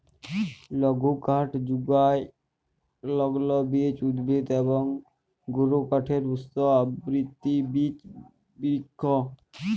লঘুকাঠ যুগায় লগ্লবীজ উদ্ভিদ এবং গুরুকাঠের উৎস আবৃত বিচ বিরিক্ষ